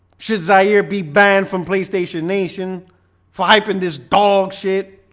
since i hear be banned from playstation nation five pin this dog shit